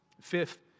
fifth